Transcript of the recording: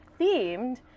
themed